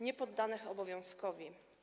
niepoddanych obowiązkowi.